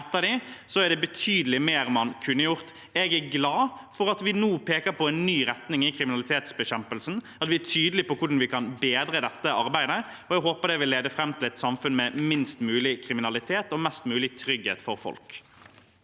etter dem, er det betydelig mer man kunne gjort. Jeg er glad for at vi nå peker på en ny retning i kriminalitetsbekjempelsen, at vi er tydelig på hvordan vi kan bedre dette arbeidet. Jeg håper det vil lede fram til et samfunn med minst mulig kriminalitet og mest mulig trygghet for folk.